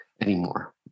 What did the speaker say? anymore